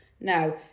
now